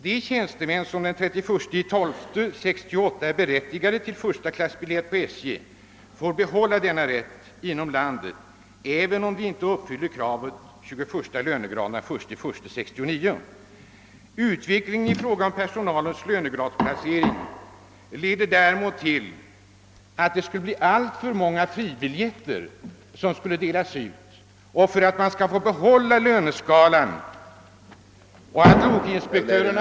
De tjänstemän, som den 31.12 1968 är berättigade till 1 klass biljett på SJ får behålla denna rätt inom landet även om de inte uppfyller kravet 21 lönegraden den 1.1.69. Utvecklingen i fråga om personalens lönegradsplacering leder till att ett allt större antal fribiljettsresenärer med bibehållna föreskrifter skulle bli berättigade till resa i 1 klass.»